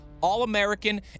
All-American